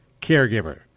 caregiver